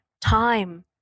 time